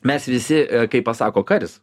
mes visi kai pasako karis